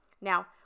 Now